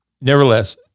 nevertheless